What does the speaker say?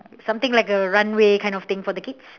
something like a runway kind of thing for the kids